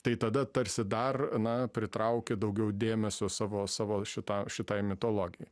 tai tada tarsi dar na pritrauki daugiau dėmesio savo savo šita šitai mitologijai